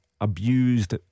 abused